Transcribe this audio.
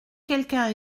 quelqu’un